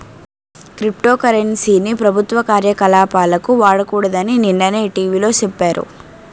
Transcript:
crypto currency ని ప్రభుత్వ కార్యకలాపాలకు వాడకూడదని నిన్ననే టీ.వి లో సెప్పారు